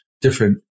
different